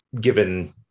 given